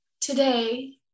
today